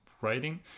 writing